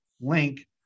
link